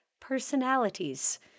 personalities